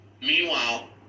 Meanwhile